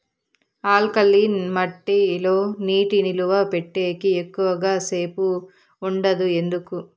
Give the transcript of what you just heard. alkaline మట్టి లో నీటి నిలువ పెట్టేకి ఎక్కువగా సేపు ఉండదు ఎందుకు